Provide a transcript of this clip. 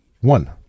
One